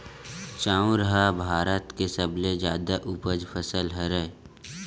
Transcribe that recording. चाँउर ह भारत के सबले जादा उपज फसल हरय